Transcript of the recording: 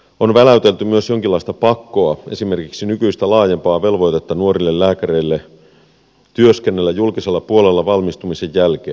on väläytelty myös jonkinlaista pakkoa esimerkiksi nykyistä laajempaa velvoitetta nuorille lääkäreille työskennellä julkisella puolella valmistumisen jälkeen